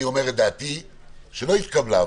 אני אומר את דעתי שלא התקבלה,